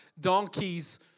Donkeys